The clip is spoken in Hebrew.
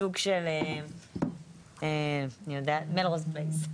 סוג של "מלרוז פלייס".